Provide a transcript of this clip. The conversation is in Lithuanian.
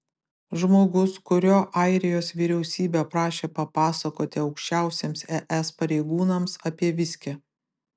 žmogus kurio airijos vyriausybė prašė papasakoti aukščiausiems es pareigūnams apie viskį